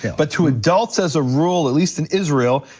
but to adults, as a rule at least in israel,